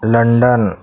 London